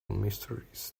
mysteries